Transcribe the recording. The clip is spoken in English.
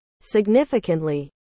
significantly